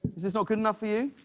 is this not good enough for you?